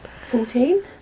Fourteen